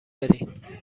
برین